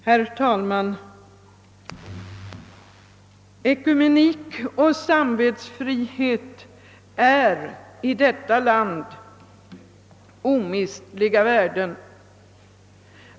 Herr talman! Ekumenik och samvetsfrihet är i detta land omistliga värden.